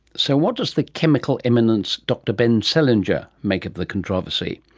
so what does the chemical eminence dr ben selinger make of the controversy?